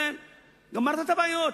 גמרת את הבעיות.